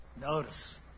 Notice